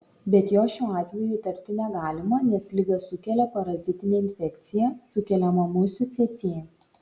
bet jos šiuo atveju įtarti negalima nes ligą sukelia parazitinė infekcija sukeliama musių cėcė